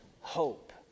hope